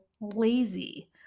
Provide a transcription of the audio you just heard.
lazy